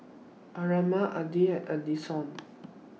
Armando Adell and Addison